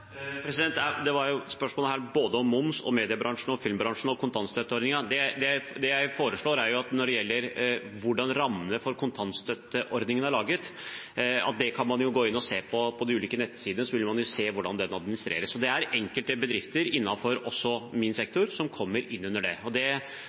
Spørsmålet er både om moms, mediebransjen, filmbransjen og kontantstøtteordningen. Det jeg foreslår når det gjelder hvordan rammene for kontantstøtteordningen er laget, er å gå inn og se på de ulike nettsidene, så vil man se hvordan den administreres. Enkelte bedrifter også innenfor min sektor kommer inn under det. Vi har ikke den fulle oversikten over hvor mange som har søkt, men jeg har noen eksempler. Både noen museer og andre, også